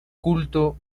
culto